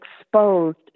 exposed